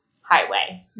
highway